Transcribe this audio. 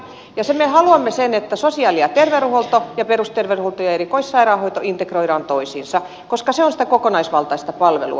ja me haluamme sitä että sosiaali ja terveydenhuolto ja perusterveydenhuolto ja erikoissairaanhoito integroidaan toisiinsa koska se on sitä kokonaisvaltaista palvelua